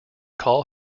call